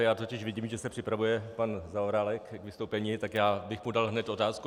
Já totiž vidím, že se připravuje pan Zaorálek k vystoupení, tak bych mu dal hned otázku.